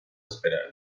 espera